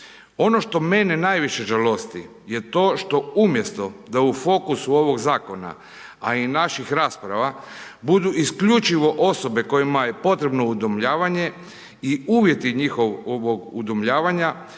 Ono što mene najviše žalosti, je to što umjesto da u fokusu ovih zakona, a i naših rasprava, budu isključivo osobe kojima je potrebno udomljavanje i uvjeti njihovog udomljavanja,